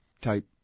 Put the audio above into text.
type